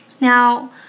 Now